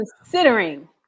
considering